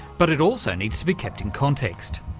but it also needs to be kept in context.